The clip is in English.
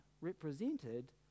represented